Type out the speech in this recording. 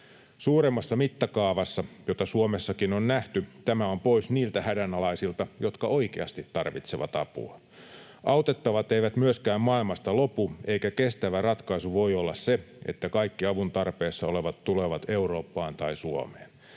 Suuremmassa mittakaavassa, jota Suomessakin on nähty, tämä on pois niiltä hädänalaisilta, jotka oikeasti tarvitsevat apua. Autettavat eivät myöskään maailmasta lopu, eikä kestävä ratkaisu voi olla se, että kaikki avun tarpeessa olevat tulevat Eurooppaan tai Suomeen.